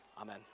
Amen